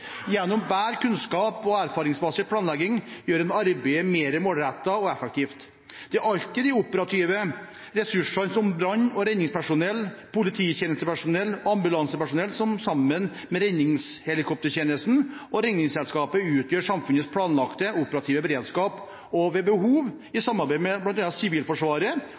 Gjennom bedre kunnskaps- og erfaringsbasert planlegging gjør en arbeidet mer målrettet og effektivt. Det er alltid de operative ressursene, som brann- og redningspersonell, polititjenestepersonell og ambulansepersonell, som sammen med Redningshelikoptertjenesten og Redningsselskapet utgjør samfunnets planlagte operative beredskap, og som ved behov, i samarbeid med bl.a. Sivilforsvaret